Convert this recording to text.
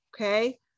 okay